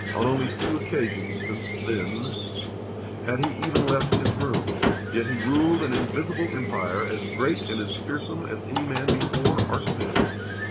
only two occasions since then had he even left his room yet he ruled an invisible empire as great and as fearsome as any man before or since.